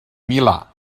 milà